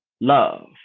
love